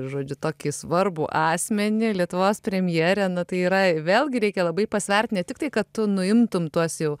žodžiu tokį svarbų asmenį lietuvos premjerę na tai yra vėlgi reikia labai pasvert ne tik tai kad tu nuimtum tuos jau